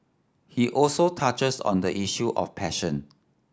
he also touches on the issue of passion